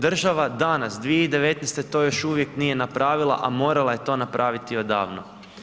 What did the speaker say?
Država danas 2019. to još uvijek nije napravila, a morala je to napraviti odavno.